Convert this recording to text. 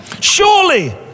Surely